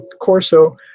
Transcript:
corso